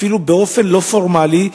אפילו באופן לא פורמלי.